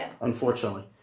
unfortunately